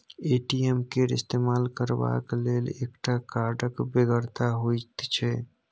ATM केर इस्तेमाल करबाक लेल एकटा कार्डक बेगरता होइत छै